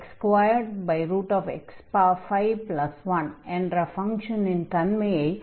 x2x51 என்ற ஃபங்ஷனின் தன்மையை முதலில் தெரிந்து கொள்ளலாம்